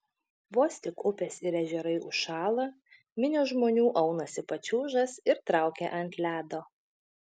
vos tik upės ir ežerai užšąla minios žmonių aunasi pačiūžas ir traukia ant ledo